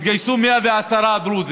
והתגייסו 110 דרוזים,